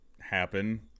happen